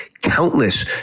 countless